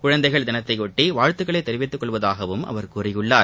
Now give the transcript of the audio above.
குழந்தைகள் தினத்தையொட்டி வாழ்த்துக்களை தெரிவித்துக் கொள்வதாகவும் அவர் கூறியுள்ளார்